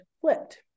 flipped